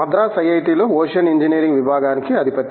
మద్రాసు ఐఐటిలో ocean engineering విభాగానికి అధిపతి